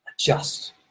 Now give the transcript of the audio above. adjust